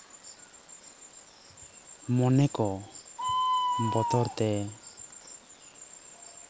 ᱢᱚᱱᱮ ᱠᱚ ᱵᱚᱛᱚᱨ ᱛᱮ